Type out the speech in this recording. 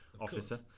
officer